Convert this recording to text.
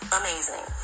amazing